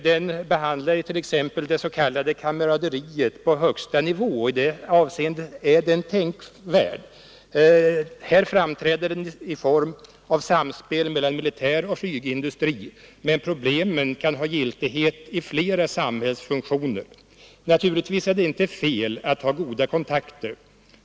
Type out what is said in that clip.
Den behandlar t.ex. det s.k. kamaraderiet på högsta nivå. I det avseendet är den tänkvärd. Här framträder det i form av samspel mellan militär och flygindustri, men problemet kan ha giltighet i flera samhällsfunktioner. Naturligtvis är det inte fel att ha goda kontakter.